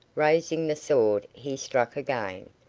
raising the sword he struck again,